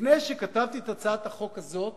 לפני שכתבתי את הצעת החוק הזאת